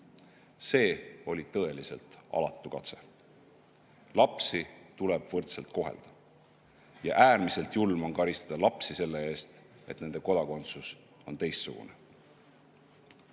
See oli tõeliselt alatu katse. Lapsi tuleb võrdselt kohelda ja äärmiselt julm on karistada lapsi selle eest, et neil on teistsugune